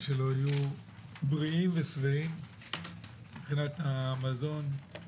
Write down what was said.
שלו יהיו בריאים ושבעים מבחינת המזון,